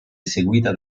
eseguita